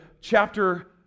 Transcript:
chapter